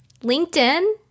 LinkedIn